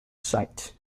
sight